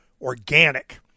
organic